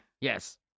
Yes